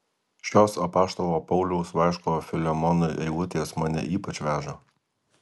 šios apaštalo pauliaus laiško filemonui eilutės mane ypač veža